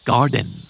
Garden